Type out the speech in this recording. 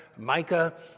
Micah